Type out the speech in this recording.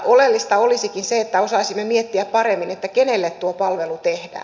oleellista olisikin se että osaisimme miettiä paremmin kenelle tuo palvelu tehdään